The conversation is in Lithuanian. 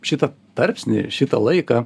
šitą tarpsnį šitą laiką